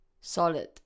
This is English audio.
Solid